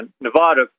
Nevada